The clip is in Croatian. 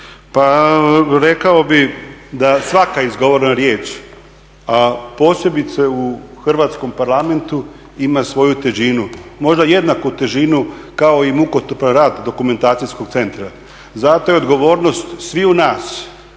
Pa, rekao bih da svaka izgovorena riječ, a posebice u Hrvatskom parlamentu ima svoju težinu, možda jednaku težinu kao i mukotrpan rad Dokumentacijskog centra. Zato je odgovornost sviju nas